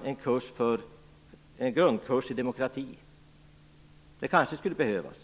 kunna lägga in en grundkurs i demokrati. Det kanske skulle behövas.